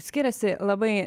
skiriasi labai